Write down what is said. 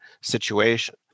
situation